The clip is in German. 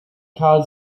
carl